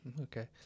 Okay